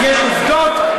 יש עובדות,